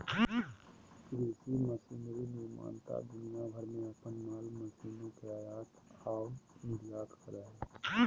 कृषि मशीनरी निर्माता दुनिया भर में अपन माल मशीनों के आयात आऊ निर्यात करो हइ